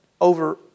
over